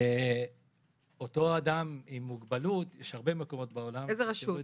ואותו אדם עם מוגבלות --- איזה רשות?